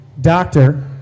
doctor